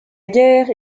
guerre